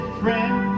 friend